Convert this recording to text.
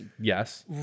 Yes